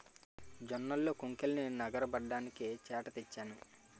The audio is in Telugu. జొన్నల్లో కొంకుల్నె నగరబడ్డానికి చేట తెచ్చాను